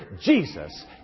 Jesus